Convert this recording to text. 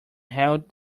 hailed